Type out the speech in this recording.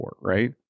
right